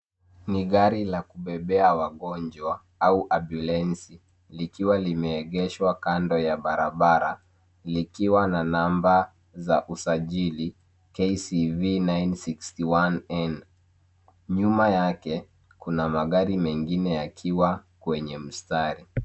Ni gari la kubebea wagonjwa au ambyulensi likiwa limeegeshwa kando ya barabara likiwa na namba za usajili KCV 961N .Nyuma yake kuna magari mengine yakiwa kwenye mtari.